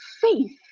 faith